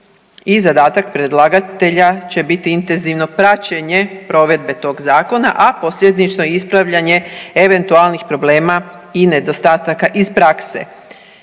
zadatak predlagatelja će biti intenzivno praćenje provedbe toga zakona, a posljedično i ispravljanje eventualnih problema i nedostataka iz prakse.